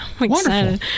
wonderful